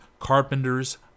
carpenters